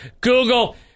Google